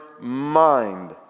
mind